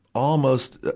almost,